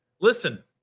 listen